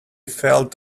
felt